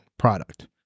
product